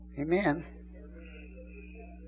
Amen